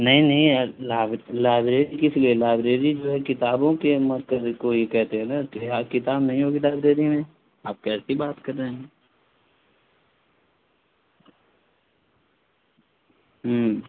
نہیں نہیں لائبریری کس لیے لائبریری جو ہے کتابوں کے کوئی کہتے ہیں نا تو آپ کتاب نہیں ہوگی لائبریری میں آپ کیسی بات کر رہے ہیں ہوں